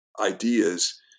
ideas